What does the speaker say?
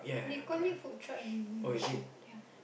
they call it food shop in Malaysia ya